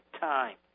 time